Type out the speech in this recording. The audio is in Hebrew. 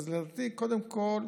אז לדעתי, קודם כול,